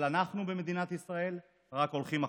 אבל אנחנו במדינת ישראל רק הולכים אחורה.